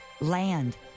Land